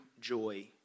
joy